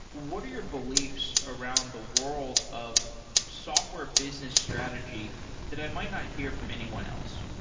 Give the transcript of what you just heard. what are your beliefs around the world of software business strategy that i might not hear from anyone else?